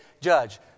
judge